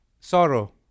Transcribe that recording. sorrow